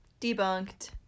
Debunked